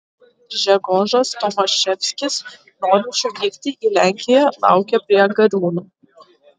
gžegožas tomaševskis norinčių vykti į lenkiją laukė prie gariūnų